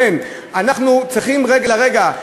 לכן, אנחנו צריכים לרגע,